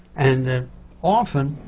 and often,